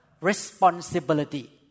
responsibility